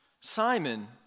Simon